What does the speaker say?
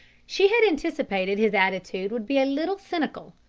she had anticipated his attitude would be a little cynical,